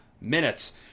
minutes